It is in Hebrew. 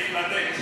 זה ייבדק.